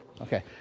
Okay